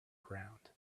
ground